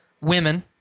women